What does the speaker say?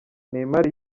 neymar